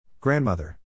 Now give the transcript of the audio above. Grandmother